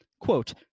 Quote